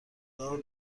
دار